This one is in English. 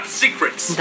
secrets